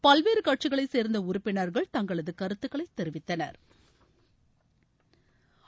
பல்வேறு கட்சிகளை சேர்ந்த உறுப்பினா்கள் தங்களது கருத்துக்களை தெரிவித்தனா்